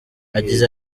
yagize